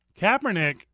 Kaepernick